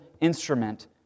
instrument